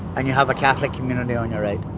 and you have a catholic community on your right.